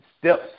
steps